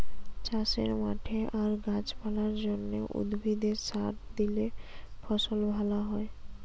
চাষের মাঠে আর গাছ পালার জন্যে, উদ্ভিদে সার দিলে ফসল ভ্যালা হয়